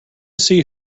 see